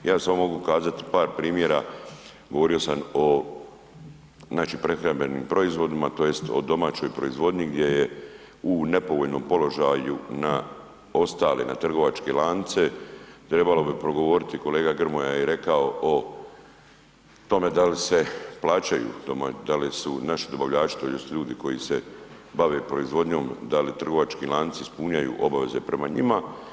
Ja samo mogu kazati par primjera, govorio sam znači o prehrambenim proizvodima tj. o domaćoj proizvodnji gdje je u nepovoljnom položaju na ostale, na trgovačke lance, trebalo bi progovoriti kolega Grmoja je i rekao o tome da li se plaćaju, da li su naši dobavljači tj. ljudi koji se bave proizvodnjom, da li trgovački lanci ispunjaju obaveze prema njima.